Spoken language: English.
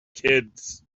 kids